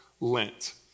Lent